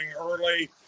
early